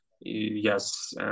yes